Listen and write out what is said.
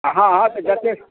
हाँ हाँ से जतेक